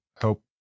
help